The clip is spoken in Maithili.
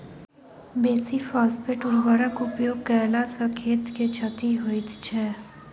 बेसी फास्फेट उर्वरकक उपयोग कयला सॅ खेत के क्षति होइत छै